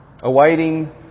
awaiting